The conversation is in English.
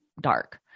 dark